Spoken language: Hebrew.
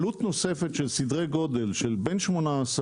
עלות נוספת של סדרי גודל של 18,000-30,000